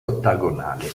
ottagonale